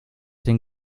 den